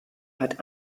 hat